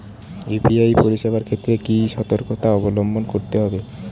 UPI পরিসেবার ক্ষেত্রে কি সতর্কতা অবলম্বন করতে হবে?